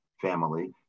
family